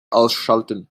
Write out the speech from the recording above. ausschalten